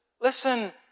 Listen